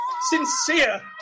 sincere